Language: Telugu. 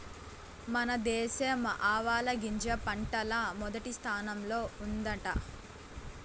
మన దేశం ఆవాలగింజ పంటల్ల మొదటి స్థానంలో ఉండాదట